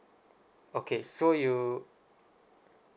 okay so you